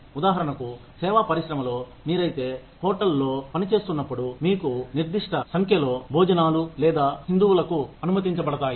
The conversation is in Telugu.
ఉదాహరణకు సేవా పరిశ్రమలో మీరైతే హోటల్లో పని చేస్తున్నప్పుడు మీకు నిర్దిష్ట సంఖ్యలో భోజనాలు లేదా హిందువులకు అనుమతించబడతాయి